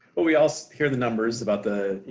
well we all hear the numbers about the, you